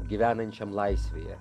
gyvenančiam laisvėje